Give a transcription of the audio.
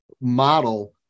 model